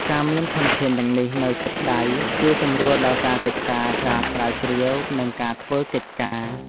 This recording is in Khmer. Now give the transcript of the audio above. ការមានធនធានទាំងនេះនៅជិតដៃ ជួយសម្រួលដល់ការសិក្សា ការស្រាវជ្រាវ និងការធ្វើកិច្ចការ។